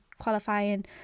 qualifying